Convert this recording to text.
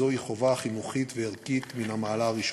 זוהי חובה חינוכית וערכית מן המעלה הראשונה.